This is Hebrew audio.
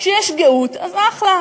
כשיש גאות הכסף אז אחלה,